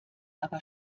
aber